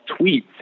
tweets